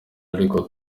ariko